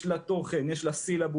יש לה תוכן, יש לה סילבוס.